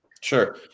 sure